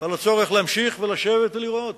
ועל הצורך להמשיך ולשבת ולראות